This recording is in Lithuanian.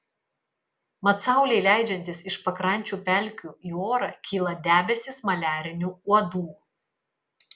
mat saulei leidžiantis iš pakrančių pelkių į orą kyla debesys maliarinių uodų